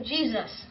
Jesus